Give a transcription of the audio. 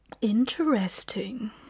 interesting